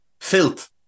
filth